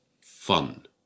fun